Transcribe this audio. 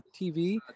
TV